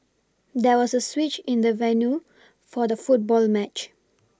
there was a switch in the venue for the football match